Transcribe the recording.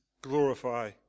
Glorify